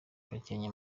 gakenke